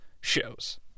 shows